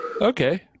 Okay